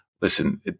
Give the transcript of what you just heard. Listen